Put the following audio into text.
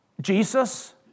Jesus